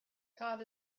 cod